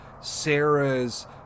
Sarah's